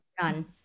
none